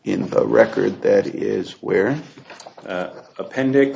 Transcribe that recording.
in the record that is where the appendix